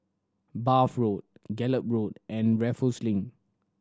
Bath Road Gallop Road and Raffles Link